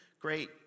great